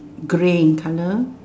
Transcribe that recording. grey in colour